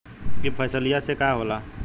ई फसलिया से का होला?